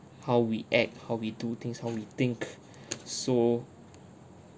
how we act how we do things how we think so